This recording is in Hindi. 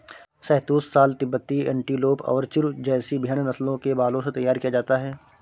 शहतूश शॉल तिब्बती एंटीलोप और चिरु जैसी भेड़ नस्लों के बालों से तैयार किया जाता है